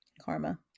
Karma